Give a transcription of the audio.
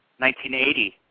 1980